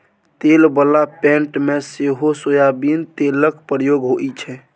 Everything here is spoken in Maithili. तेल बला पेंट मे सेहो सोयाबीन तेलक प्रयोग होइ छै